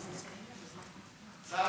צר לי,